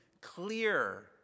clear